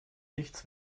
nichts